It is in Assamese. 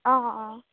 অঁ অঁ